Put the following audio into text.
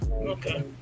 Okay